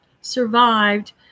survived